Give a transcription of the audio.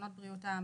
תקנות בריאות העם,